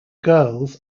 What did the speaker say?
girls